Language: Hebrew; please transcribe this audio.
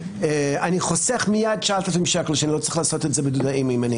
אני חוסך מיד 9,000 שקלים שלא צריך לעשות את זה בדודאים.